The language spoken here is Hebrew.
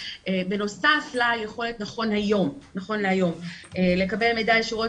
בנוסף ליכולת נכון להיום לקבל מידע ישירות